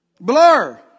blur